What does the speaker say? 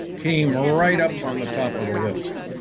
came right up on the top of the list.